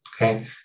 Okay